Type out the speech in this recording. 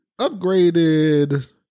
upgraded